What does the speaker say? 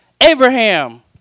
Abraham